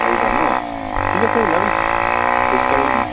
চাৰিটা ন ঠিক আছে ওলাবি খোজকাঢ়িম